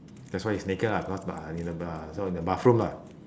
that's why he's naked lah cause ba~ in the ba~ so in the bathroom lah